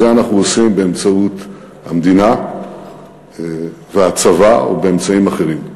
את זה אנחנו עושים באמצעות המדינה והצבא ובאמצעים אחרים.